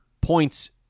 points